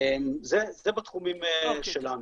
זה בתחומים שלנו.